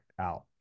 out